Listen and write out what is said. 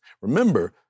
Remember